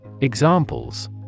Examples